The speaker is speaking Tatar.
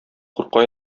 курка